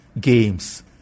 games